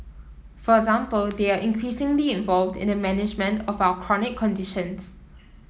for example they are increasingly involved in the management of our chronic conditions